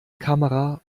kamera